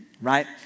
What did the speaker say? right